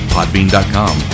Podbean.com